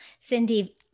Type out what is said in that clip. Cindy